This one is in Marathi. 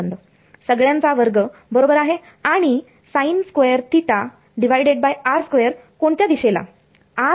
सगळ्यांचा वर्ग बरोबर आहे आणि कोणत्या दिशेला